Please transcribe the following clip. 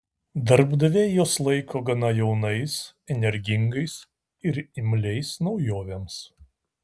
darbdaviai juos laiko gana jaunais energingais ir imliais naujovėms